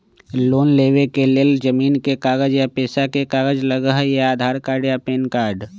Loan लेवेके लेल जमीन के कागज या पेशा के कागज लगहई या आधार कार्ड या पेन कार्ड?